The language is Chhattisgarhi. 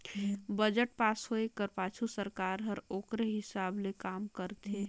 बजट पास होए कर पाछू सरकार हर ओकरे हिसाब ले काम करथे